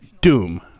Doom